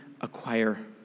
acquire